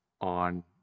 on